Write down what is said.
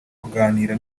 kunganira